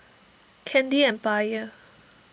Candy Empire